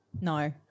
No